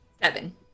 Seven